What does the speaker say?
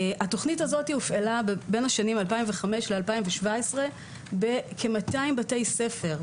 התוכנית הזאת הופעלה בין השנים 2005 ל-2017 בכ-200 בתי ספר,